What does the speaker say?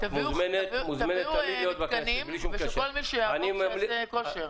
תביאו מתקנים ושכל מי שיעבור יעשה כושר.